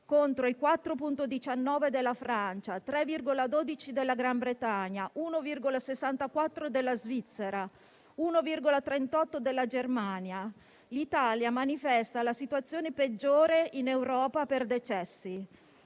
contro i 4,19 della Francia, i 3,12 della Gran Bretagna, l'1,64 della Svizzera, l'1,38 della Germania, manifesta la situazione peggiore in Europa per decessi.